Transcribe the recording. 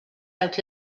out